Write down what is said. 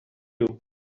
you